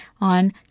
on